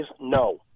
no